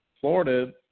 Florida